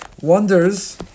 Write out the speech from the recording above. Wonders